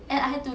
ya